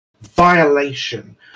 violation